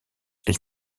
elle